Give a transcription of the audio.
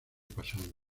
pasado